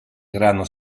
grano